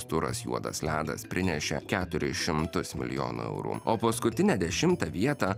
turas juodas ledas prinešė keturis šimtus milijonų eurų o paskutinę dešimtą vietą